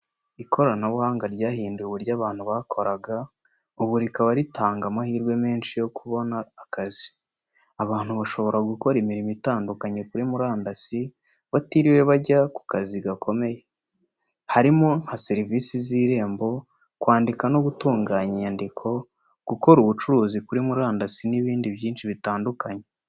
Ikoranabuhanga ryahinduye uburyo abantu bakoraga, ubu rikaba ritanga amahirwe menshi yo kubona akazi. Abantu bashobora gukora imirimo itandukanye kuri murandasi, batiriwe bajya ku kazi gakomeye. Harimo nka serivisi z’Irembo, kwandika no gutunganya inyandiko, gukora ubucuruzi kuri murandasi n’ibindi byinshi bitandukanye.